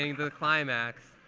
the climax.